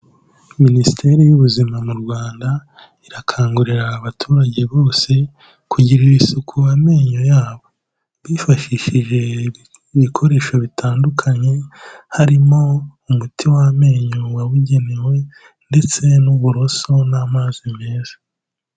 Minisiteri y'ubuzima mu Rwanda irakangurira abaturage bose kugirira isuku amenyo yabo. Bifashishije ibikoresho bitandukanye, harimo umuti w'amenyo wabugenewe ndetse n'uburoso n'amazi meza.